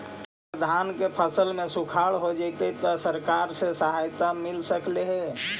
अगर धान के फ़सल में सुखाड़ होजितै त सरकार से सहायता मिल सके हे?